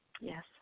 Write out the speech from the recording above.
Yes